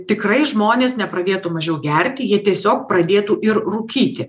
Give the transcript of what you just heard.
tikrai žmonės nepradėtų mažiau gerti jie tiesiog pradėtų ir rūkyti